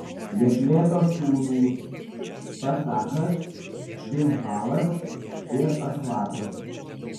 jafleto sūnūs pasachas bimhalas ir ašvatas